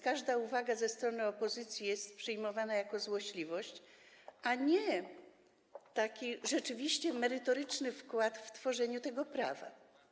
Każda uwaga ze strony opozycji jest przyjmowana jako złośliwość, a nie rzeczywiście merytoryczny wkład w tworzenie prawa.